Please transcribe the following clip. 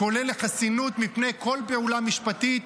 כולל חסינות בפני כל פעולה משפטית,